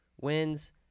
wins